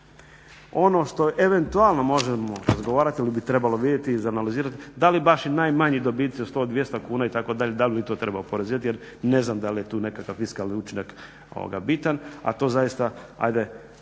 Ono što eventualno možemo razgovarati ili bi trebalo vidjeti, izanalizirati da li baš i najmanji dobici od 100, 200 kuna itd., da li bi to trebalo oporezivati jer ne znam da li je tu nekakav fiskalni učinak bitan a to zaista ajde,